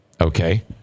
Okay